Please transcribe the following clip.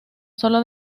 sólo